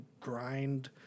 grind